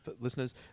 listeners